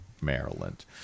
Maryland